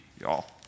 y'all